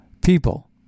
people